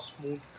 smooth